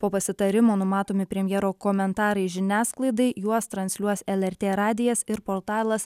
po pasitarimo numatomi premjero komentarai žiniasklaidai juos transliuos lrt radijas ir portalas